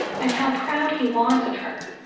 and how proud he was of her,